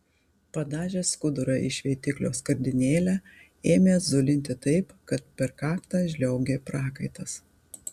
padažęs skudurą į šveitiklio skardinėlę ėmė zulinti taip kad per kaktą žliaugė prakaitas